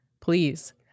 please